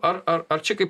ar ar ar čia kaip